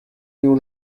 new